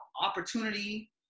opportunity